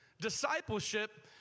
Discipleship